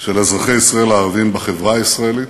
של אזרחי ישראל הערבים בחברה הישראלית,